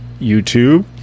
YouTube